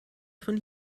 von